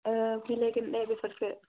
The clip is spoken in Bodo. बिलाइ गोरलै बेफोरखो